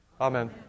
Amen